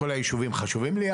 כל הישובים חשובים לי,